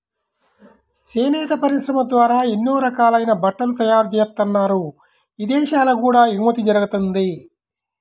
చేనేత పరిశ్రమ ద్వారా ఎన్నో రకాలైన బట్టలు తయారుజేత్తన్నారు, ఇదేశాలకు కూడా ఎగుమతి జరగతంది